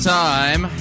time